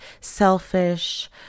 selfish